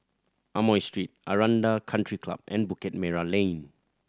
Amoy Street Aranda Country Club and Bukit Merah Lane